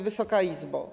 Wysoka Izbo!